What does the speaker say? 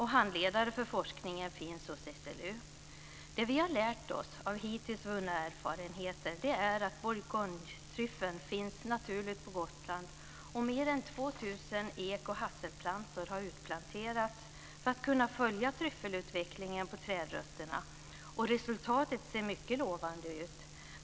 Handledare för forskningen finns hos SLU. Det som vi har lärt oss av hittills vunna erfarenheter är att bourgognetryffeln finns naturligt på Gotland. Mer än 2000 ek och hasselplantor har utplanterats för att kunna följa tryffelutvecklingen på trädrötterna, och resultatet ser mycket lovande ut.